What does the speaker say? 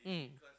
mm